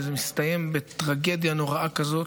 וזה מסתיים בטרגדיה נוראה כזאת.